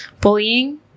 bullying